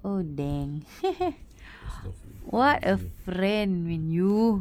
oh dang what a friend man you